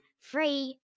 free